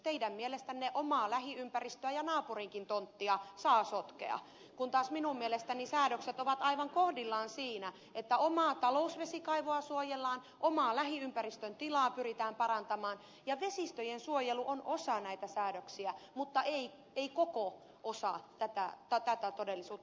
teidän mielestänne omaa lähiympäristöä ja naapurinkin tonttia saa sotkea kun taas minun mielestäni säädökset ovat aivan kohdillaan siinä että omaa talousvesikaivoa suojellaan omaa lähiympäristön tilaa pyritään parantamaan ja vesistöjen suojelu on osa näitä säädöksiä mutta ei koko osa tätä todellisuutta